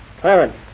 Clarence